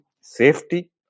safety